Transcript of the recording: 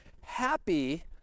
Happy